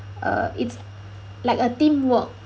uh it's like a teamwork